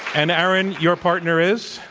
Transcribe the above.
and, aaron, your partner is?